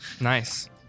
Nice